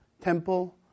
temple